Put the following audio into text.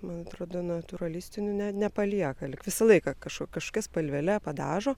man atrodo natūralistinių jinai nepalieka lyg visą laiką kažko kažkokia spalvele padažo